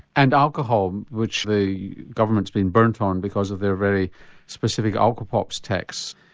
and alcohol which the government's been burnt on because of their very specific alcopops tax,